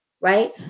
right